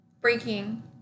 breaking